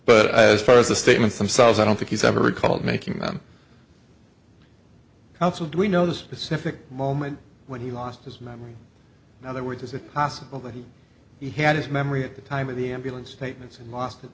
but as far as the statements themselves i don't think he's ever recalled making them also do we know the specific moment when he lost his memory how they were does it possible that he had his memory at the time of the ambulance statements in mos